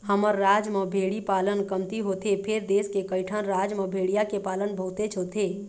हमर राज म भेड़ी पालन कमती होथे फेर देश के कइठन राज म भेड़िया के पालन बहुतेच होथे